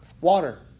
water